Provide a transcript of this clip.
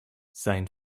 sein